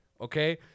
Okay